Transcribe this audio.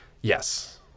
Yes